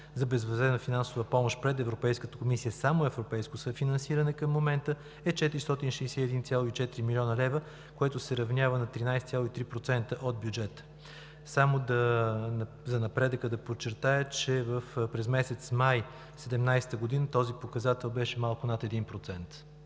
за безвъзмездна финансова помощ пред Европейската комисия, само европейско съфинансиране към момента, е 461,4 млн. лв., което се равнява на 13,3% от бюджета. Да подчертая за напредъка, че през месец май 2017 г. този показател беше малко над 1%.